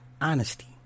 Honesty